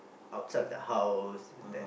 outside of the house there's